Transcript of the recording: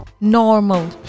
normal